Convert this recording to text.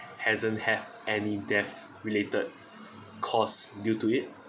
hasn't have any death-related caused due to it